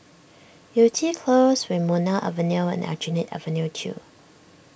Yew Tee Close Wilmonar Avenue and Aljunied Avenue two